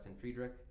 Friedrich